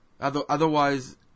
Otherwise